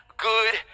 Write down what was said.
good